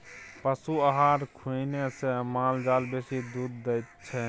पशु आहार खुएने से माल जाल बेसी दूध दै छै